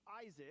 Isaac